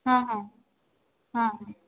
ହଁ ହଁ ହଁ